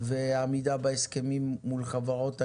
והעמידה בהסכמים מול חברות הגז.